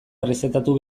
errezetatu